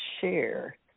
share